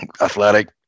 athletic